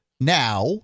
now